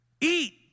Eat